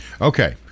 okay